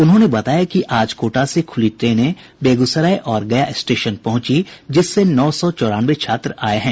उन्होंने बताया कि आज कोटा से खुली ट्रेनें बेगूसराय और गया स्टेशन पहुंची जिससे नौ सौ चौरानवे छात्र आये हैं